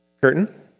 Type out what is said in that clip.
curtain